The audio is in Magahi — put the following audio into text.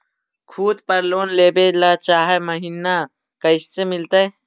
खूत पर लोन लेबे ल चाह महिना कैसे मिलतै?